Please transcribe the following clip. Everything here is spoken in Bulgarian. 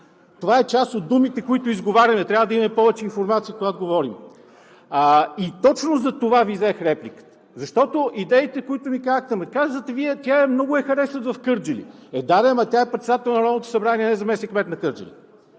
Това са част от думите, които изговаряме, трябва да имаме повече информация, когато говорим. И точно затова Ви взех репликата, защото идеите, които Вие казахте, ама казвате Вие: „Много я харесват в Кърджали.“ Е да де, ама тя е председател на Народното събрание, а не е заместник-кмет на Кърджали.